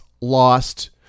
lost